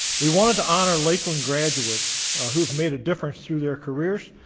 we wanted to honor lakeland graduates who've made a difference through their careers,